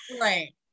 Right